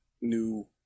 new